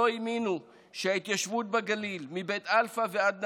שלא האמינו שההתיישבות בגליל, מבית אלפא ועד נהלל,